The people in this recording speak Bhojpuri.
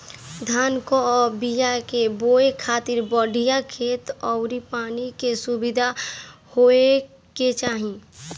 धान कअ बिया के बोए खातिर बढ़िया खेत अउरी पानी के सुविधा होखे के चाही